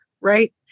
Right